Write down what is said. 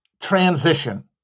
transition